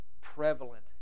prevalent